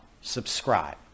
subscribe